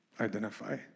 identify